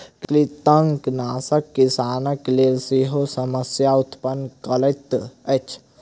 कृंतकनाशक किसानक लेल सेहो समस्या उत्पन्न करैत अछि